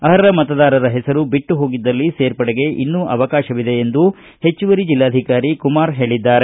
ಅರ್ಪ ಮತದಾರರ ಹೆಸರು ಬಿಟ್ಟು ಹೋಗಿದ್ದಲ್ಲಿ ಸೇರ್ಪಡೆಗೆ ಇನ್ನೂ ಅವಕಾಶವಿದೆ ಎಂದು ಅಪರ ಜಿಲ್ಲಾಧಿಕಾರಿ ಕುಮಾರ್ ಹೇಳಿದ್ದಾರೆ